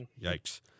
yikes